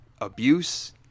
abuse